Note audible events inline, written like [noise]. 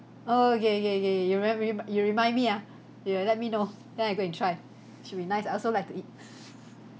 okay kay kay you reme~ you remind me ah [breath] you let me know then I go and try it should be nice I also like to eat [laughs]